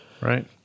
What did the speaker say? Right